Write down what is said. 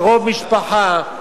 קרוב משפחה,